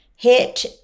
hit